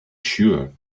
sure